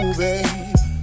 baby